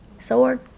sword